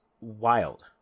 wild